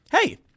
Hey